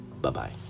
Bye-bye